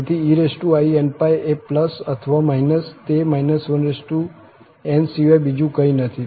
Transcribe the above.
તેથી einπ એ અથવા તે n સિવાય બીજું કંઈ નથી